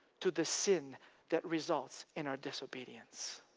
to the sin that results in our disobedience.